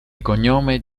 cognome